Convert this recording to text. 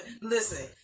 listen